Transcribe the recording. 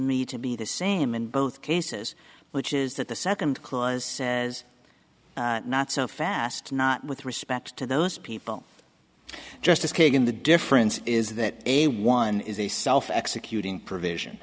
me to be the same in both cases which is that the second clause says not so fast not with respect to those people justice kagan the difference is that a one is a self executing provision